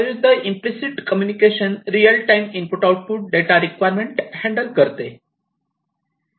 त्याविरुद्ध implicit communication real time input output data requirement handle करते